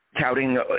touting